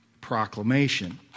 proclamation